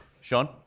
Sean